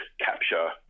capture